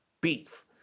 beef